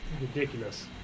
Ridiculous